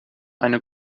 eine